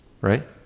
Right